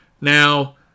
Now